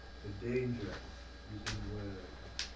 for danger is in words.